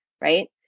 right